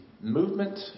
movement